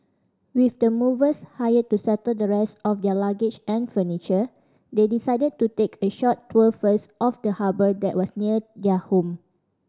with the movers hired to settle the rest of their luggage and furniture they decided to take a short tour first of the harbour that was near their home